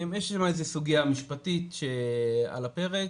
יש שם איזה סוגיה משפטית שעל הפרק,